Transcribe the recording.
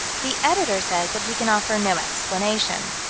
the editor says that he can offer no explanation.